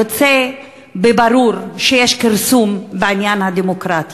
יוצא בבירור שיש כרסום בדמוקרטיה.